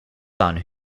son